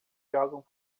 jogam